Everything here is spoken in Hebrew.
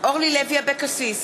ז'קי לוי, נגד מיקי לוי,